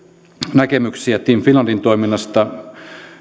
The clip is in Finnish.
näkemyksiä team finlandin toiminnasta